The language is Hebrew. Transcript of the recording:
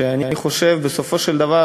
שאני חושב שבסופו של דבר,